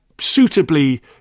Suitably